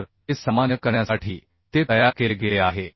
तर ते सामान्य करण्यासाठी ते तयार केले गेले आहे